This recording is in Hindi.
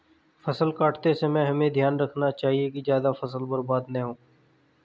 फसल काटते समय हमें ध्यान रखना चाहिए कि ज्यादा फसल बर्बाद न हो